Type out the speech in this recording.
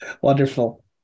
Wonderful